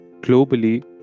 globally